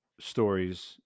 stories